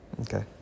okay